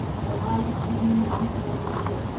her eyes beginning once more to flow,